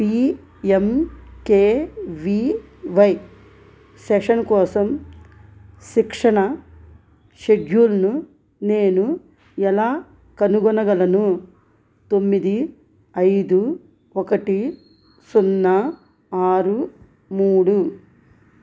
P M K V Y session కోసం శిక్షణ షెడ్యూల్ను నేను ఎలా కనుగొనగలను తొమ్మిది ఐదు ఒకటి సున్నా ఆరు మూడు